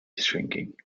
shrinking